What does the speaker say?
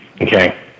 okay